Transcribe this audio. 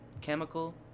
chemical